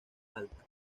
alta